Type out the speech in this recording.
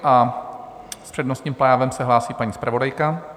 S přednostním právem se hlásí paní zpravodajka.